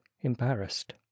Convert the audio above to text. embarrassed